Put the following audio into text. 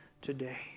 today